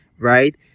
right